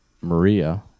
Maria